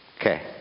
Okay